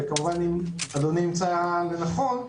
וכמובן אם אדוני ימצא לנכון,